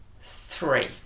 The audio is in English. three